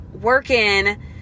working